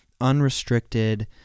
unrestricted